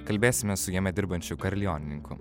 kalbėsime su jame dirbančiu karlionininku